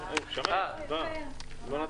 נשלם.